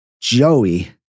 Joey